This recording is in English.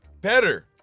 better